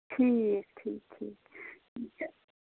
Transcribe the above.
ٹھیٖک ٹھیٖک ٹھیٖک